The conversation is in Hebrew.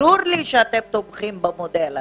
ברור לי שאתם תומכים במודל הזה.